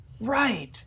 Right